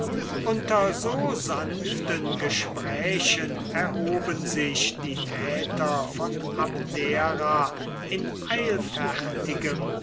unter so sanften gesprächen erhuben sich die väter von abdera in eilfertigem